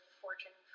fortune